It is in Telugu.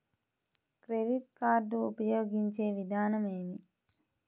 క్రెడిట్ కార్డు ఉపయోగించే విధానం ఏమి?